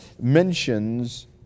mentions